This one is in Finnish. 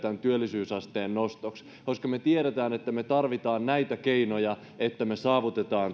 työllisyysasteen nostamiseksi koska me tiedämme että me tarvitsemme näitä keinoja että saavutamme